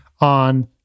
on